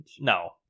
no